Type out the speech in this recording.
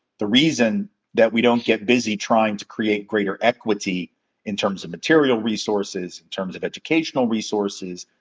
the reason that we don't get busy trying to create greater equity in terms of material resources, in terms of educational resources,